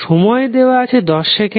সময় দেওয়া আছে 10 সেকেন্ড